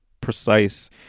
precise